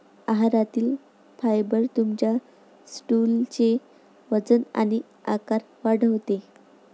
आहारातील फायबर तुमच्या स्टूलचे वजन आणि आकार वाढवते